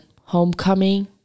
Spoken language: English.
Homecoming